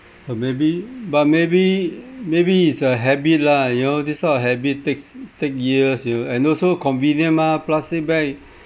uh maybe but maybe maybe is a habit lah you know this sort of habit takes take years you know and also convenient mah plastic bag